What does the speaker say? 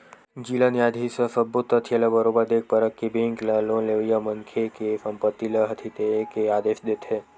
जिला न्यायधीस ह सब्बो तथ्य ल बरोबर देख परख के बेंक ल लोन लेवइया मनखे के संपत्ति ल हथितेये के आदेश देथे